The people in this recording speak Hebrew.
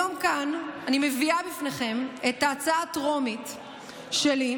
היום כאן אני מביאה לפניכם את ההצעה הטרומית שלי,